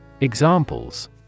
Examples